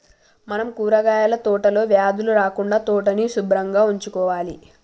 మనం కూరగాయల తోటలో వ్యాధులు రాకుండా తోటని సుభ్రంగా ఉంచుకోవాలి